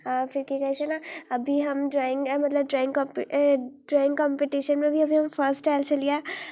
आ फेर की कहै छै ने अभी हम ड्रॉइंग मतलब ड्रॉइंग कम्पी ड्रॉइंग कंपीटिशनमे भी अभी हम फर्स्ट आयल छलियै